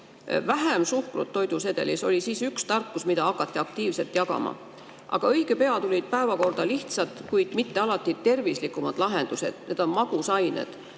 Vähem suhkrut toidusedelis oli üks tarkus, mida hakati siis aktiivselt jagama. Aga õige pea tulid päevakorda lihtsad, kuid mitte alati tervislikumad lahendused: magusained,